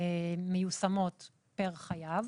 מיושמות פר חייב.